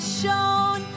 shown